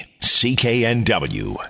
cknw